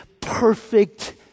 perfect